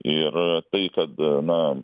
ir tai kad na